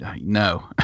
no